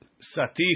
satis